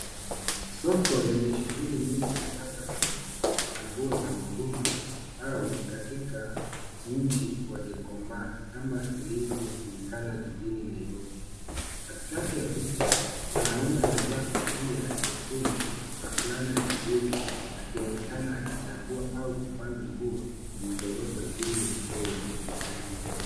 Soko lenye shughuli nyingi labda soko la nguo za mitumba au katika mji wa Gikomba kama ilivyojulikana jijini Nairobi. Katikati ya picha mwanaume amevaa kofia nyekundu na fulana ya kijivu akionekana akichagua au kupanga nguo zilizowekwa juu ya troli.